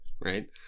right